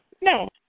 no